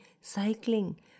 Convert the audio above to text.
cycling